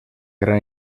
gran